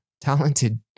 talented